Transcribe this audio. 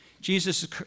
Jesus